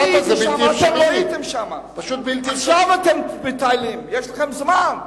עכשיו אתם מטיילים, יש לכם זמן.